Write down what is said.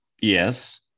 Yes